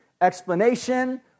explanation